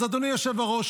אז אדוני היושב-ראש,